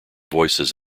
voices